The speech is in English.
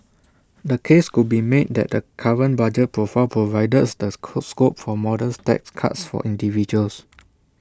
the case could be made that the current budget profile provides the scope for modest tax cuts for individuals